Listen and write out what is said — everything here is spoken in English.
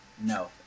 No